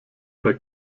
bei